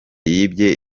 yibye